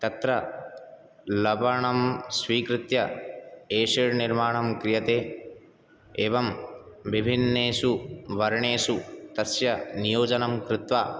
तत्र लवणं स्वीकृत्य एशिड्निर्माणं क्रियते एवं बिभिन्नेषु वर्णेषु तश्य नियोजनं कृत्वा